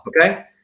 Okay